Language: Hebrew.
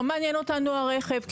לא מעניין אותנו הרכב,